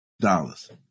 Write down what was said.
dollars